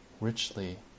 richly